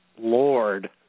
Lord